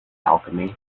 alchemy